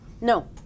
No